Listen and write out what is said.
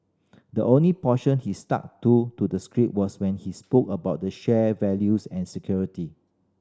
the only portion he stuck to to the script was when he spoke about the shared values and security